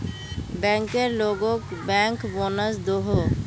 banker लोगोक bank bonus दोहों